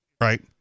right